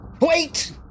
Wait